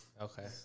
Okay